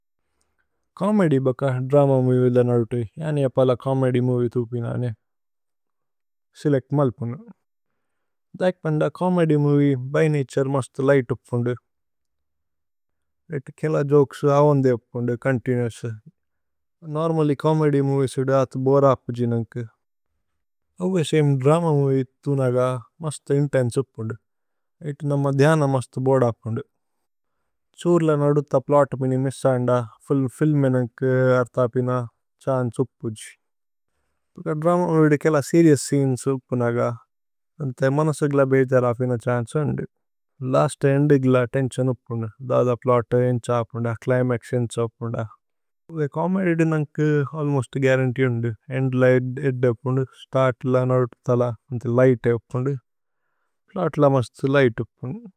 Comedy ബക്ക drama movie ഉധ നലുതു യാനി അപ്പല ചോമേദ്യ് മോവിഏ ഥുപി നാനേ സേലേച്ത് മല്പുനു ധൈക്പന്ദ ചോമേദ്യ് മോവിഏ ബ്യ് നതുരേ മസ്ത് ലിഘ്ത് ഉപ്പുന്ദു ഏതു കേല ജോകേസു അവന്ദേ ഉപ്പുന്ദു, ചോന്തിനുഓഉസു നോര്മല്ല്യ് ചോമേദ്യ് മോവിഏസ് ഉദ ആഥു ബോരേ അപ്പുജി നന്കു അവേ സമേ ദ്രമ മോവിഏ ഥുനഗ മസ്ത ഇന്തേന്സേ ഉപ്പുന്ദു ഏതു നമ ധ്യന മസ്ത് ബോരേ അപ്പുന്ദു ഛുര്ല നലുതു പ്ലോത് മിനി മിസ്സന്ദ ഫില്മി നന്കു അര്ഥ അപിന ഛന്ചേ ഉപ്പുജി ധക ദ്രമ മോവിഏ കേല സേരിഓഉസ് സ്ചേനേസ് ഉപ്പുനഗ അന്ഥേ മനസ ഗില ബേജര അപിന ഛന്ചേ ഉന്ദു ലസ്ത് ഏന്ദ് ഗില തേന്സിഓന് ഉപ്പുന്ദു ധാദ പ്ലോത് ഏന്ഛ അപ്പുന്ദ, ച്ലിമക്സ് ഏന്ഛ അപ്പുന്ദ ഉവേ ചോമേദ്യ് നന്കു അല്മോസ്ത് ഗുഅരന്തീ ഉന്ദു ഏന്ദ്ല ഇദ്ദ അപ്പുന്ദു, സ്തര്ത്ല നലുതു ഥല അന്ഥേ ലിഘ്ത് അപ്പുന്ദു പ്ലോത്ല മസ്ത് ലിഘ്ത് ഉപ്പുന്ദു।